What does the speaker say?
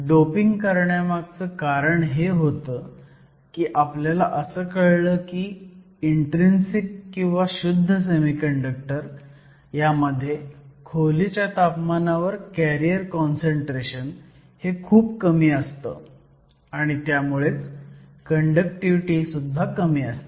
doping करण्यामागचं करण हे होतं की आपल्याला असं कळलं की इन्ट्रीन्सिक किंवा शुद्ध सेमीकंडक्टर मध्ये खोलीच्या तापमानावर कॅरियर काँसंट्रेशन हे खूप कमी असतं आणि त्यामुळेच कंडक्टिव्हिटी सुद्धा कमी असते